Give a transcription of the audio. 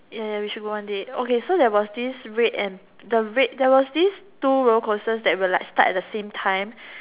ya ya we should go one day okay so there was this red and the red there was this two roller coaster that will like start at the same time